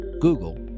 Google